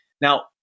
Now